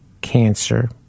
cancer